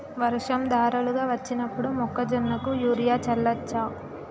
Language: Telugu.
వర్షం ధారలుగా వచ్చినప్పుడు మొక్కజొన్న కు యూరియా చల్లచ్చా?